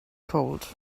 cold